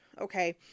Okay